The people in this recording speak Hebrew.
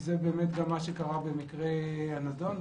זה מה שקרה במקרה הנדון,